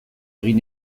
egin